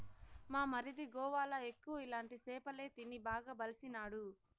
మా మరిది గోవాల ఎక్కువ ఇలాంటి సేపలే తిని బాగా బలిసినాడు